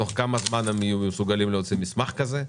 תוך כמה זמן הם יהיו מסוגלים להוציא מסמך כזה,